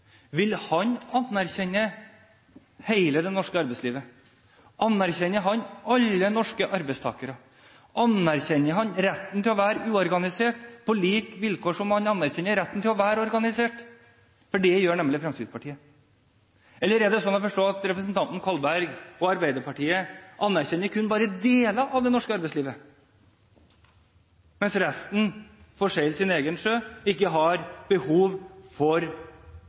å være uorganisert på like vilkår som man anerkjenner retten til å være organisert? Det gjør nemlig Fremskrittspartiet. Eller er det slik å forstå at representanten Kolberg og Arbeiderpartiet kun anerkjenner deler av norsk arbeidsliv, mens resten får seile sin egen sjø og ikke har behov for